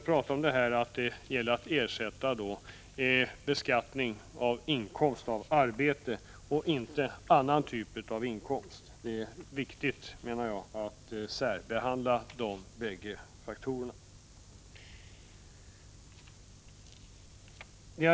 Jag betonar att det gäller att ersätta beskattning av inkomst av arbete och inte beskattning av annan typ av inkomst. Det är viktigt, menar jag, att särbehandla de bägge faktorerna.